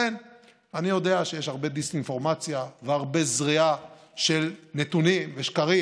אני יודע שיש הרבה דיס-אינפורמציה והרבה זריעה של נתונים ושקרים.